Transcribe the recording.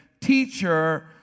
teacher